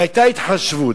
והיתה התחשבות.